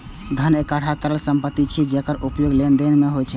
धन एकटा तरल संपत्ति छियै, जेकर उपयोग लेनदेन मे होइ छै